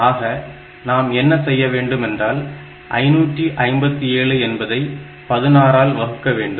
ஆக நாம் என்ன செய்ய வேண்டும் என்றால் 557 என்பதை 16 ஆல் வகுக்க வேண்டும்